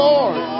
Lord